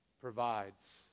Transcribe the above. provides